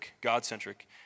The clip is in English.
God-centric